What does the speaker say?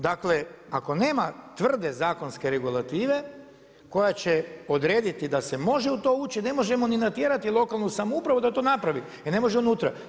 Dakle ako nema tvrde zakonske regulative koja će odrediti da se može u to ući, a ne možemo ni natjerati lokalnu samoupravu da to napravi jer ne može unutra.